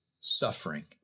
suffering